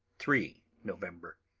three november.